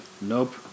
Nope